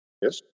Yes